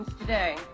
today